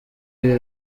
iyi